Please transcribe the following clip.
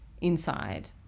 inside